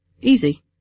Easy